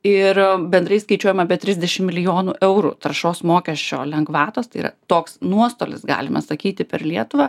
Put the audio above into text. ir bendrai skaičiuojama apie trisdešimt milijonų eurų taršos mokesčio lengvatos tai yra toks nuostolis galima sakyti per lietuvą